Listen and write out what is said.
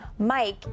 Mike